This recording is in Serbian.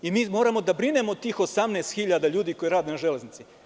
Mi moramo da brinemo tih 18.000 ljudi koji rade na železnici.